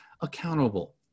accountable